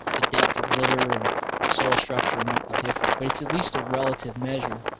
the depth of litter and soil structure might be different, but it's at least a relative measure